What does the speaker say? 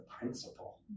principle